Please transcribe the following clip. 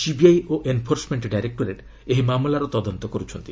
CBI ଓ enforcement directorate ଏହି ମାମାଲାର ତଦନ୍ତ କରୁଛନ୍ତି